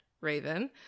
Raven